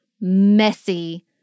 messy